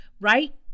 Right